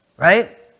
Right